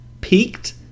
peaked